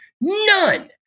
None